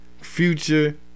Future